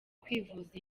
kwivuza